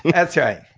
that's right.